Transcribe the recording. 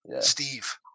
Steve